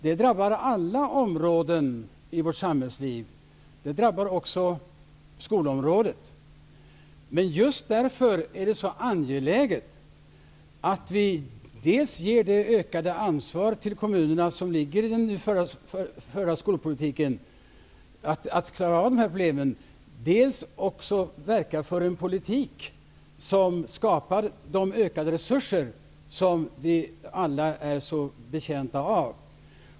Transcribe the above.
Det drabbar alla områden i vårt samhällsliv, också skolområdet. Men just därför är det så angeläget att vi dels ger det ökade ansvar till kommunerna att klara dessa problem vilket ligger i den nu förda skolpolitiken, dels verkar för en politik som skapar de ökade resurser som vi alla är så betjänta av.